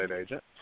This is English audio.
agent